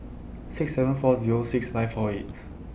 six seven four Zero six nine four eight